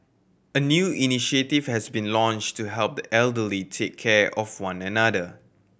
a new initiative has been launched to help the elderly take care of one another